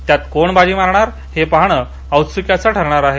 त्यात कोण बाजी मारतो हे पाहण औत्स्युक्याचे ठरणार आहे